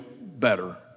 better